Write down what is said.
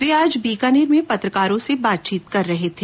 वे आज बीकानेर में पत्रकारों से बातचीत कर रहे थे